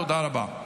תודה רבה.